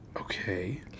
Okay